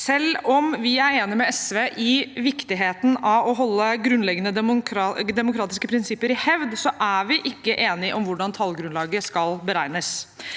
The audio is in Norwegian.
Selv om vi er enige med SV om viktigheten av å holde grunnleggende demokratiske prinsipper i hevd, er vi ikke enige om hvordan tallgrunnlaget skal beregnes.